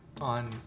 On